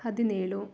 ಹದಿನೇಳು